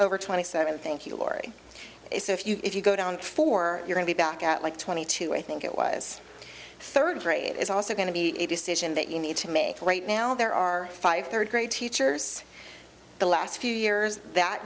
over twenty seven thank you laurie so if you go down for you're going back out like twenty two i think it was third grade is also going to be a decision that you need to make right now there are five third grade teachers the last few years that